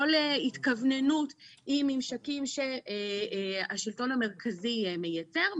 כל התכווננות עם ממשקים שהשלטון המרכזי מייתר,